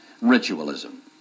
ritualism